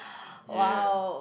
ya